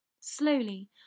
Slowly